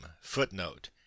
footnote